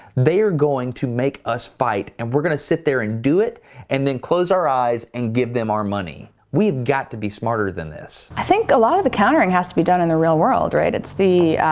they're going to make us fight and we're gonna sit there and do it and then close our eyes and give them our money. we've got to be smarter than this. i think a lot of the countering has to be done in the real world, right? it's the,